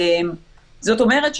זאת אומרת,